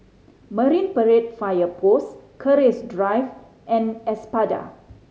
Marine Parade Fire Post Keris Drive and Espada